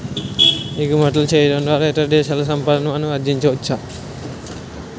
ఎగుమతులు చేయడం ద్వారా ఇతర దేశాల సంపాదన మనం ఆర్జించవచ్చు